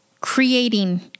creating